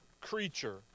creature